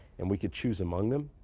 and we could choose among them.